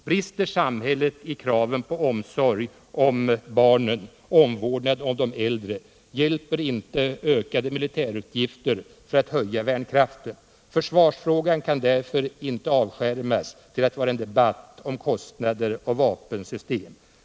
Brister samhället i kraven på omsorg om barnen och omvårdnad om de äldre, hjälper inte ökade militärutgifter för att höja värnkraften. Försvarsfrågan kan därför inte avskärmas till att vara en debatt om kostnader och vapensystem.